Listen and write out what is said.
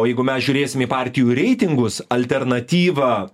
o jeigu mes žiūrėsim į partijų reitingus alternatyvą